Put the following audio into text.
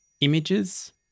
images